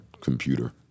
computer